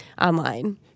online